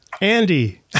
Andy